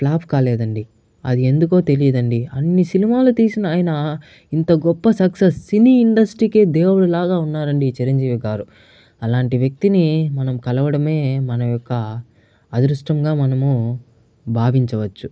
flop కాలేదండి అది ఎందుకో తెలీదండి అన్ని సినిమాలు తీసిన ఆయన ఇంత గొప్ప సక్సెస్ సినీ ఇండస్ట్రీ కి దేవుడు లాగా ఉన్నారండి ఈ చిరంజీవిగారు అలాంటి వ్యక్తిని మనం కలవడమే మన యొక్క అదృష్టంగా మనము భావించవచ్చు